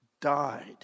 died